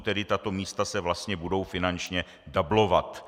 Tedy tato místa se vlastně budou finančně dublovat.